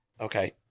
Okay